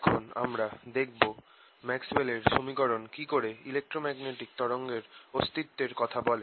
এখন আমরা দেখবো ম্যাক্সওয়েলের সমীকরণ কি করে ইলেক্ট্রোম্যাগনেটিক তরঙ্গের অস্তিত্বের কথা বলে